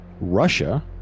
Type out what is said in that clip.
Russia